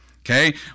Okay